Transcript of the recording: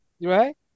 Right